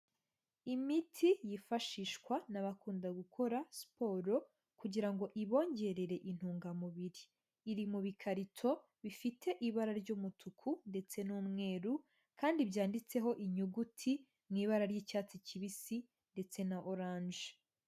Imiti yifashishwa n'abakunda gukora siporo kugira ngo ibongerere intungamubiri. Iri mu bikarito bifite ibara ry'umutuku ndetse n'umweru kandi byanditseho inyuguti mu ibara ry'icyatsi kibisi ndetse na oranje.